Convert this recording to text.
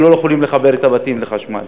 ולא יכולים לחבר את הבתים לחשמל.